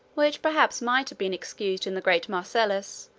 which perhaps might have been excused in the great marcellus,